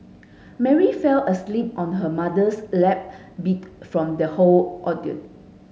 Mary fell asleep on her mother's lap beat from the whole ordeal